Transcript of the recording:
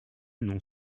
n’ont